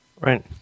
Right